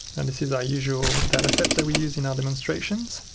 and this is our usual dataset that we use in our demonstrations,